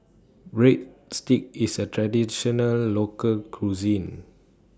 Breadsticks IS A Traditional Local Cuisine